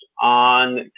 on